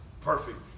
perfect